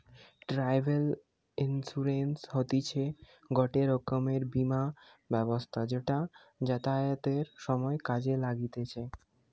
travel insurance হতিছে গটে রকমের বীমা ব্যবস্থা যেটা যাতায়াতের সময় কাজে লাগতিছে